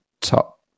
top